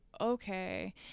okay